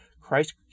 Christ